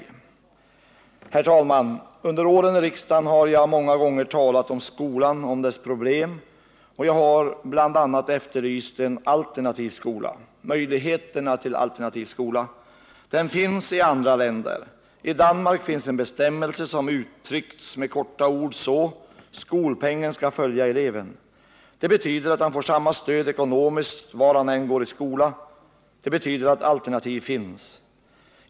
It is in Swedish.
Under åren i riksdagen har jag, herr talman, många gånger talat om skolan, om dess problem, och jag har bl.a. efterlyst möjligheterna till alternativ skola. En sådan finns i andra länder. I Danmark har man en bestämmelse som uttryckts med korta ord så: Skolpengen skall följa eleven. Det betyder att han får samma stöd ekonomiskt var han än går i skola — det betyder att alternativ finns.